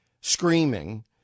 screaming